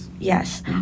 Yes